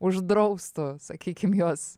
uždraustų sakykim juos